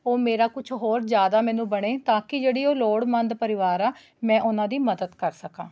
ਉਹ ਮੇਰਾ ਕੁਛ ਹੋਰ ਮੈਨੂੰ ਜ਼ਿਆਦਾ ਮੈਨੂੰ ਬਣੇ ਤਾਂ ਕਿ ਜਿਹੜੇ ਉਹ ਲੋੜਵੰਦ ਪਰਿਵਾਰ ਆ ਮੈਂ ਉਹਨਾਂ ਦੀ ਮਦਦ ਕਰ ਸਕਾਂ